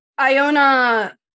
Iona